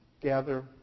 gather